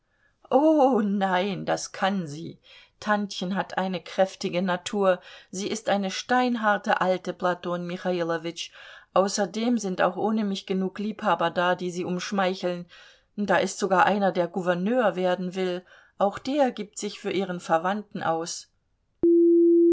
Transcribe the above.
o nein das kann sie tantchen hat eine kräftige natur sie ist eine steinharte alte platon michailowitsch außerdem sind auch ohne mich genug liebhaber da die sie umschmeicheln da ist sogar einer der gouverneur werden will auch der gibt sich für ihren verwandten aus